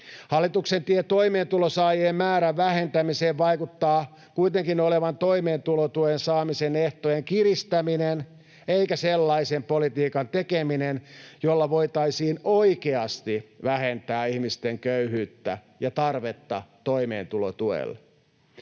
Hallituksen tie toimeentulotuen saajien määrän vähentämiseen vaikuttaa kuitenkin olevan toimeentulotuen saamisen ehtojen kiristäminen eikä sellaisen politiikan tekeminen, jolla voitaisiin oikeasti vähentää ihmisten köyhyyttä ja tarvetta toimeentulotuelle.